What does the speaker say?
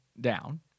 down